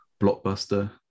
Blockbuster